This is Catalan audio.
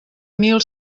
mil